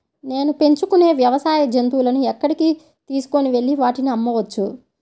నేను పెంచుకొనే వ్యవసాయ జంతువులను ఎక్కడికి తీసుకొనివెళ్ళి వాటిని అమ్మవచ్చు?